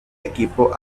equipo